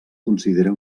considera